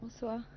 Bonsoir